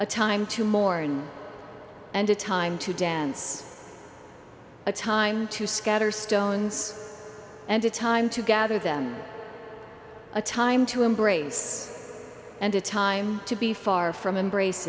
a time to mourn and a time to dance a time to scatter stones and a time to gather them a time to embrace and a time to be far from embrace